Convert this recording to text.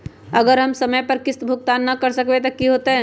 अगर हम समय पर किस्त भुकतान न कर सकवै त की होतै?